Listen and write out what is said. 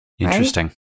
Interesting